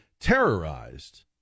terrorized